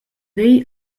vegl